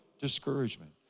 discouragement